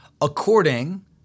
According